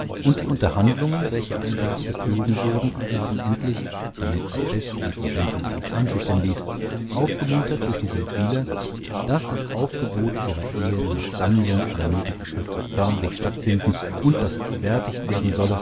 und die unterhandlungen welche allseitig gepflogen wurden ergaben endlich da nettchen fest blieb und wenzel sich nicht einschüchtern ließ aufgemuntert durch die seldwyler daß das aufgebot ihrer ehe nach sammlung aller nötigen schriften förmlich stattfinden und daß gewärtig werden solle